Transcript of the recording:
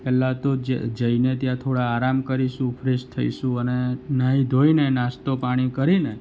પહેલાં તો જ જઈને ત્યા થોડા આરામ કરીશું ફ્રેશ થઈશું અને નાહી ધોઈને નાસ્તો પાણી કરીને